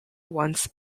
once